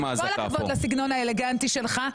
עם כל הכבוד לסגנון האלגנטי שלך,